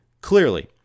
clearly